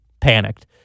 panicked